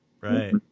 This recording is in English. Right